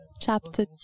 chapter